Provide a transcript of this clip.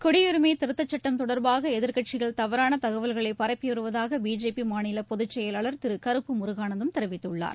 குடியுரிமை திருத்தச் சட்டம் தொடர்பாக எதிர்க்கட்சிகள் தவறான தகவல்களை பரப்பி வருவதாக பிஜேபி மாநில பொதுச்செயலாளர் திரு கருப்பு முருகானந்தம் தெரிவித்துள்ளார்